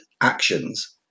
actions